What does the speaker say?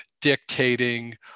dictating